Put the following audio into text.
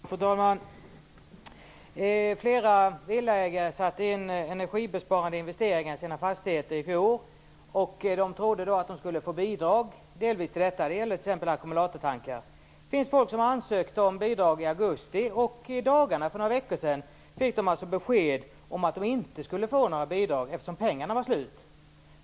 Fru talman! Flera villaägare satte in energibesparande investeringar i sina fastigheter i fjol. De trodde då att de delvis skulle få bidrag till detta. Det gäller t.ex. ackumulatortankar. Det finns folk som ansökte om bidrag i augusti, och för några veckor sedan fick de besked om att de inte skulle få några bidrag eftersom pengarna var slut.